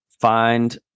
find